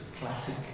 classic